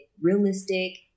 realistic